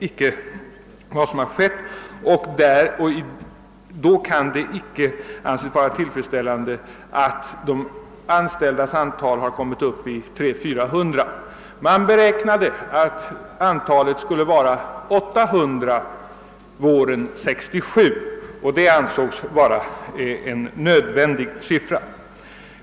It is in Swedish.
Så har det icke blivit, och därför kan det heller icke anses vara tillfredsställande att de anställdas antal endast har stigit till 300—400. Man beräknade att antalet våren 1967 skulle vara 800, vilket ansågs vara en nödvändig siffra.